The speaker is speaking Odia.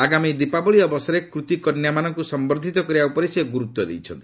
ଆଗାମୀ ଦୀପାବଳି ଅବସରରେ କୃତୀ କନ୍ୟାମାନଙ୍କୁ ସମ୍ଭର୍ଦ୍ଧିତ କରିବା ଉପରେ ସେ ଗୁରୁତ୍ୱ ଦେଇଛନ୍ତି